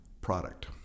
product